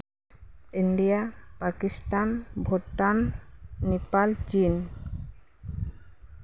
India Pakistan Bhutan Nepal ᱪᱤᱱ